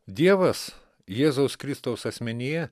dievas jėzaus kristaus asmenyje